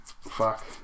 fuck